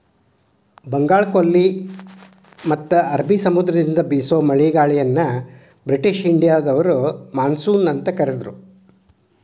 ಬಂಗಾಳಕೊಲ್ಲಿ ಮತ್ತ ಅರಬಿ ಸಮುದ್ರದಿಂದ ಬೇಸೋ ಮಳೆಗಾಳಿಯನ್ನ ಬ್ರಿಟಿಷ್ ಇಂಡಿಯಾದವರು ಮಾನ್ಸೂನ್ ಅಂತ ಕರದ್ರು